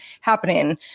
happening